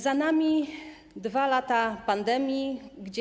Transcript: Za nami 2 lata pandemii.